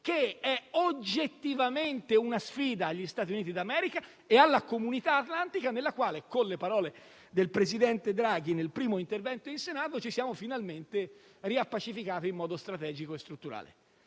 che è oggettivamente una sfida agli Stati Uniti d'America e alla comunità atlantica, con la quale, con le parole del presidente Draghi nel primo intervento in Senato, ci siamo finalmente riappacificati, in modo strategico e strutturale.